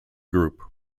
group